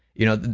you know?